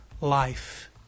life